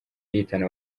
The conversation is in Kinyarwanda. ihitana